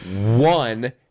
one